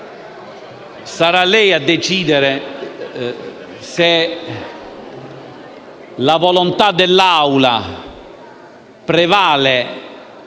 sarà lei a decidere se la volontà dell'Assemblea prevalga